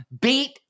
beat